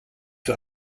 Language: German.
für